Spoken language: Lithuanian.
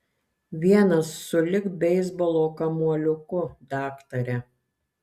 vienas sulig beisbolo kamuoliuku daktare